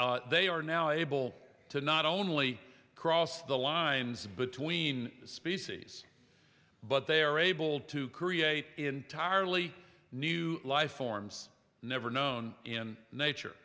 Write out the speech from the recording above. fact they are now able to not only cross the lines between species but they are able to create entirely new life forms never known in nature